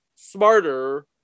smarter